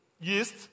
yeast